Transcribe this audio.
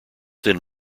then